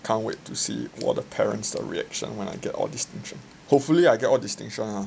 can't wait to see what the parents the reaction when I get all distinction hopefully I get all distinction lah